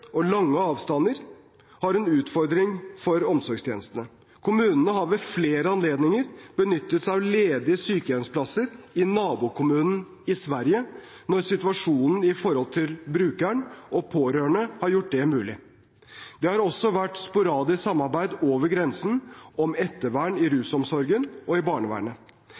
og lange avstander en utfordring for omsorgstjenestene. Kommunen har ved flere anledninger benyttet seg av ledige sykehjemsplasser i nabokommunen i Sverige – når situasjonen for brukeren og pårørende har gjort det mulig. Det har også vært sporadisk samarbeid over grensen om ettervern i rusomsorgen og i barnevernet.